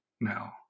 now